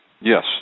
Yes